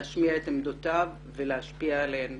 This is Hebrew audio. להשמיע את עמדותיו ולהשפיע על הדברים